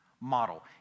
model